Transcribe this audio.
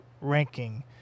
ranking